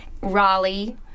Raleigh